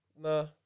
no